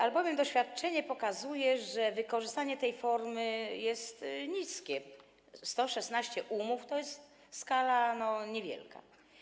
Albowiem doświadczenie pokazuje, że wykorzystanie tej formy jest niskie - 116 umów, to jest skala niewielka.